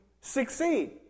succeed